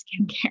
skincare